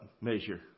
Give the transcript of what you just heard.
measure